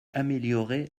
améliorer